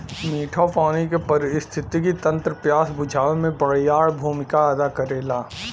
मीठा पानी के पारिस्थितिकी तंत्र प्यास बुझावे में बड़ियार भूमिका अदा करेला